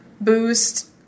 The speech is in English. boost